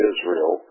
Israel